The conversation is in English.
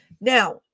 Now